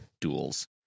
duels